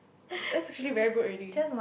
that's that's actually very good already